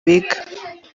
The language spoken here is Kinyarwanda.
biga